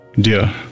dear